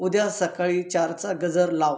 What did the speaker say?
उद्या सकाळी चारचा गजर लाव